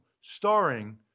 starring